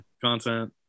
content